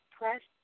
press